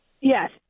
Yes